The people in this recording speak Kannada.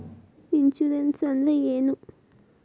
ಇನ್ಶೂರೆನ್ಸ್ ಅಂದ್ರ ಏನು?